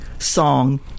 song